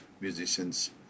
musicians